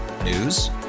News